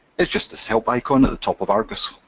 is just this help icon at the top of argos.